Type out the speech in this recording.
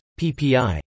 PPI